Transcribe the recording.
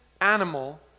animal